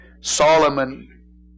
Solomon